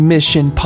Mission